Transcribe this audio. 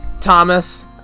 Thomas